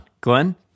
Glenn